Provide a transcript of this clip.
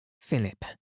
Philip